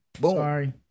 Sorry